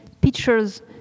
pictures